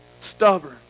stubborn